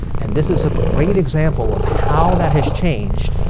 and this is a great example of how that has changed.